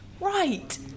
Right